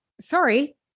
sorry